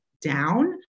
down